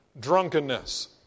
drunkenness